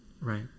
Right